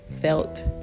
felt